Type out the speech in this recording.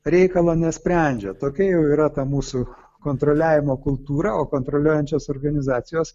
reikalo nesprendžia tokia jau yra ta mūsų kontroliavimo kultūra o kontroliuojančios organizacijos